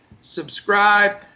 subscribe